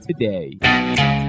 today